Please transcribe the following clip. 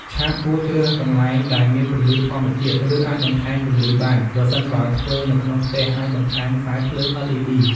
ឆាកគួរជ្រើសកន្លែងដែលមានពន្លឺធម្មជាតិ ឬអាចបន្ថែមពន្លឺបាន ប្រសិនបើធ្វើនៅក្នុងផ្ទះ អាចបន្ថែមខ្សែភ្លើង LED ។